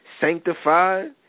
sanctified